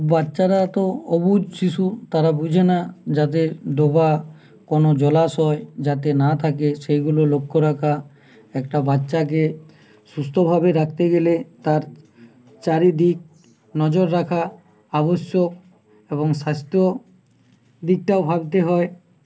বাচ্চারা তো অবুঝ শিশু তারা বোঝে না যাতে ডোবা কোনো জলাশয় যাতে না থাকে সেইগুলো লক্ষ্য রাখা একটা বাচ্চাকে সুস্থভাবে রাখতে গেলে তার চারিদিক নজর রাখা আবশ্যক এবং স্বাস্থ্য দিকটাও ভাবতে হয়